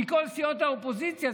שמכל סיעות האופוזיציה,